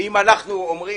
יועץ משפטי